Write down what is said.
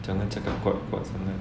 jangan cakap kuat-kuat sangat